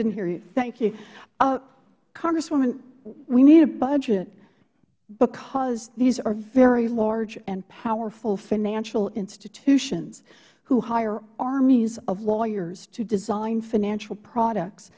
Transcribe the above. didn't hear you thank you congresswoman we need a budget because these are very large and powerful financial institutions who hire armies of lawyers to design financial products